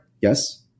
Yes